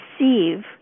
receive